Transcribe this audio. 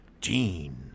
Gene